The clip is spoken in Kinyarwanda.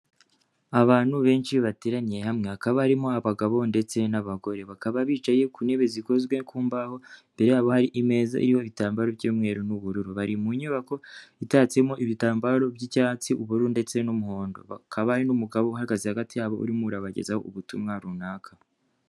Abantu benshi bateraniye hamwe hakaba harimo abagabo ndetse n'abagore, bakaba bicaye ku ntebe zikozwe ku mbaho imbere yabo hari imeza iriho bitambaro by'umweru n'ubururu, bari mu nyubako itatsemo ibitambaro by'icyatsi, ubururu ndetse n'umuhondo hakaba hari n'umugabo uhagaze hagati yabo urimo arabagezaho ubutumwa runaka.